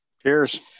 Cheers